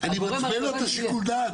הגורם הרלוונטי --- אני מתווה לו את שיקול הדעת,